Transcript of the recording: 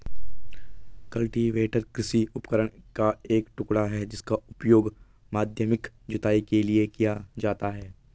cultivator कृषि उपकरण का एक टुकड़ा है जिसका उपयोग माध्यमिक जुताई के लिए किया जाता है